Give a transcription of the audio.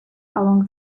along